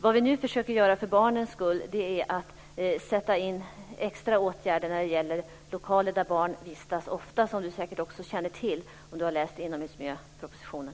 Vad vi nu försöker göra för barnens skull är att sätta in extra åtgärder i lokaler där barn vistas ofta. Det känner säkert också Owe Hellberg till om han har läst inomhusmiljöpropositionen.